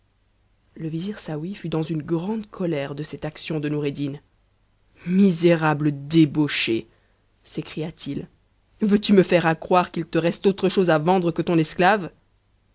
le vizir saouy fut dans une grande colère de cette action de noureddin misérable débauché s'écria-t-il veux-tu me faire accroire qu'il te reste ntre chose à vendre que ton esclave